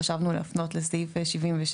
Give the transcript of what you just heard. חשבנו להפנות לסעיף 77,